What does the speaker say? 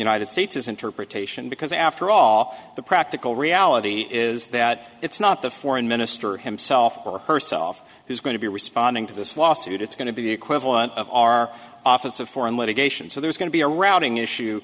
united states is interpretation because after all the practical reality is that it's not the foreign minister himself or herself who's going to be responding to this lawsuit it's going to be the equivalent of our office of foreign litigation so there's going to be a routing issue